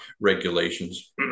regulations